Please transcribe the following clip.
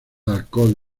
alcohol